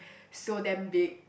so damn big